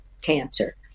cancer